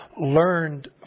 learned